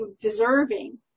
deserving